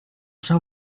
shall